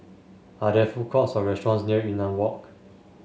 are there food courts or restaurants near Yunnan Walk